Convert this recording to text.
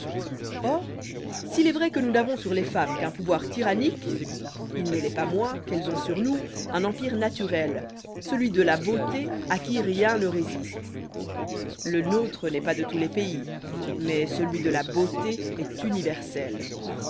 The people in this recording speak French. or s'il est vrai que nous n'avons sur les femmes qu'un pouvoir tyrannique il ne l'est pas moins qu'elles ont sur nous un empire naturel celui de la beauté à qui rien ne résiste le nôtre n'est pas de tous les pays mais celui de la beauté est universel